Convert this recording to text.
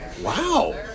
Wow